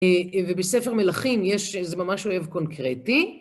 ובספר מלאכים יש, זה ממש אויב קונקרטי.